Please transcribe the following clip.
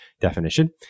definition